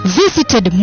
visited